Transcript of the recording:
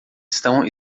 estão